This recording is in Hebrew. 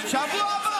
שבוע הבא